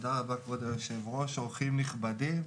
תודה רבה, כבוד היושב-ראש, אורחים נכבדים.